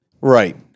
Right